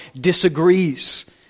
disagrees